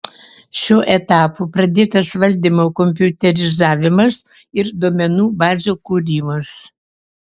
šiuo etapu pradėtas valdymo kompiuterizavimas ir duomenų bazių kūrimas